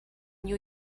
new